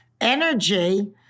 energy